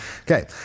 Okay